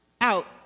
out